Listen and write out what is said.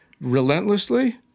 relentlessly